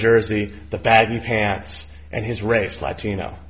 jersey the baggy pants and his race latino